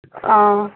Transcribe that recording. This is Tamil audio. ஆ